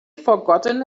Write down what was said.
forgotten